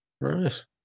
right